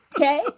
Okay